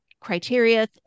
criteria